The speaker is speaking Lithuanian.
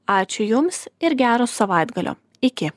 ačiū jums ir gero savaitgalio iki